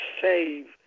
save